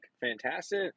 fantastic